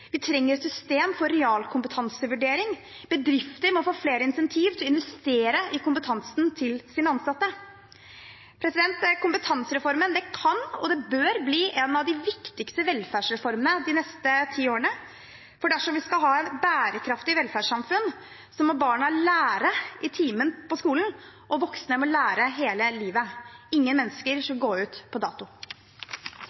Vi trenger et system for realkompetansevurdering. Bedrifter må få flere incentiv for å investere i kompetanse til sine ansatte. Kompetansereformen både kan og bør bli en av de viktigste velferdsreformene de neste ti årene, for dersom vi skal ha et bærekraftig velferdssamfunn, må barna lære i timen på skolen, og voksne må lære hele livet: Ingen mennesker som